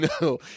No